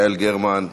יעל גרמן?